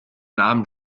namen